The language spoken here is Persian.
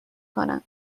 کنم